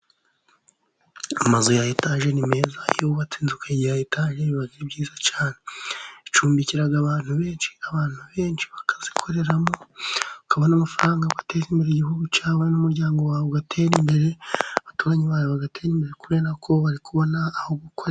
Amazu ya Etaje ni meza, iyo wubatse inzu ukayigira Etaje biba ari byiza cyane icumbikira abantu benshi, abantu benshi bakayakoreramo bakabona amafaranga bagateza imbere, igihugu cyabo n'umuryango wawe ugatera imbere, abaturanyi bawe bagatera imbere kuberako bari kubona aho gukorera.